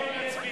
ההצעה להסיר